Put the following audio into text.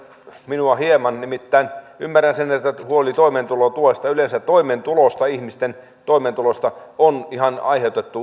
minua hieman nimittäin ymmärrän sen että huoli toimeentulotuesta yleensä toimeentulosta ihmisten toimeentulosta on